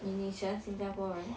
你你喜欢新加坡人